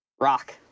Rock